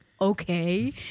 Okay